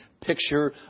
picture